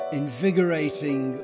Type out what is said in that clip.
invigorating